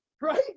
right